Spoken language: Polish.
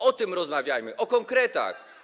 O tym rozmawiajmy, o konkretach.